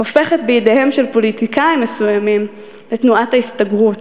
הופכת בידיהם של פוליטיקאים מסוימים לתנועת ההסתגרות.